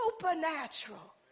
supernatural